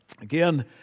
again